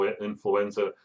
influenza